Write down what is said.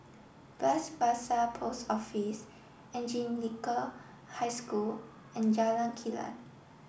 Bras Basah Post Office Anglican High School and Jalan Kilang